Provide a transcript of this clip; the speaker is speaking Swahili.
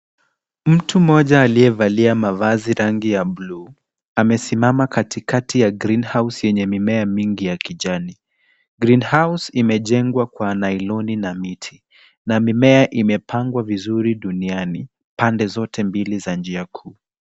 Mtu mmoja aliyevalia mavazi rangi ya bluu, amesimama katikati ya green house yenye mimea mingi ya kijani. Greenhouse imejengwa kwa nailoni na miti, na mimea imepangwa vizuri duniani, pande zote mbili za njia kuu.